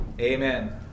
Amen